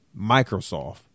Microsoft